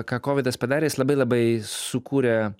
ką kovidas padarė jis labai labai sukūrė